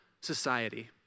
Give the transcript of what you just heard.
society